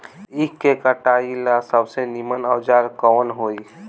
ईख के कटाई ला सबसे नीमन औजार कवन होई?